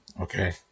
Okay